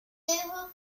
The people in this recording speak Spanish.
lejos